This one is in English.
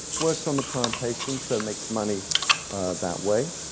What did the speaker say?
works on the plantation, so makes money that way.